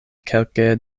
kelke